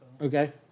Okay